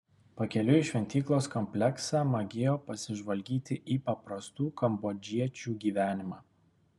pakeliui į šventyklos kompleksą magėjo pasižvalgyti į paprastų kambodžiečių gyvenimą